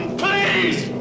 please